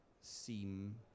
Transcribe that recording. seem